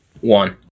one